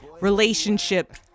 relationship